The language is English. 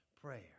Prayer